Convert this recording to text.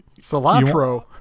Cilantro